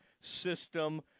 system